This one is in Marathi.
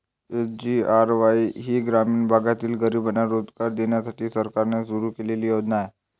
एस.जी.आर.वाई ही ग्रामीण भागातील गरिबांना रोजगार देण्यासाठी सरकारने सुरू केलेली योजना आहे